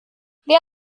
wer